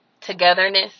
togetherness